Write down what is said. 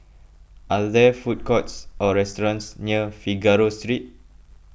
are there food courts or restaurants near Figaro Street